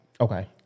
Okay